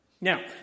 now